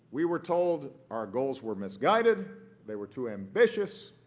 we were told our goals were misguided they were too ambitious